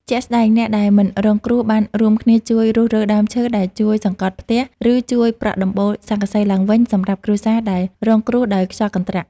ជាក់ស្តែង អ្នកដែលមិនរងគ្រោះបានរួមគ្នាជួយរុះរើដើមឈើដែលដួលសង្កត់ផ្ទះ ឬជួយប្រក់ដំបូលស័ង្កសីឡើងវិញ សម្រាប់គ្រួសារដែលរងគ្រោះដោយខ្យល់កន្ត្រាក់។